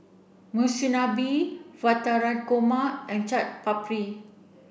Monsunabe Navratan Korma and Chaat Papri